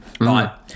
right